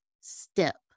step